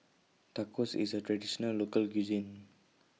Tacos IS A Traditional Local Cuisine